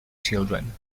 children